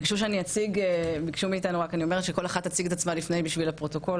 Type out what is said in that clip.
ביקשו מאתנו שכל אחת תציג את עצמה בשביל הפרוטוקול.